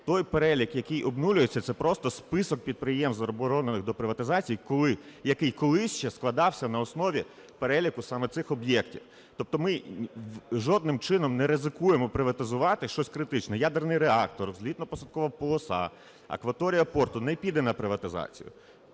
Той перелік, який обнулюється, це просто список підприємств, заборонених до приватизації, який колись ще складався на основі переліку саме цих об'єктів. Тобто ми жодним чином не ризикуємо приватизувати щось критичне: ядерний реактор, злітно-посадкову полоса, акваторія порту не піде на приватизацію.